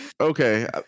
Okay